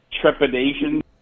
trepidation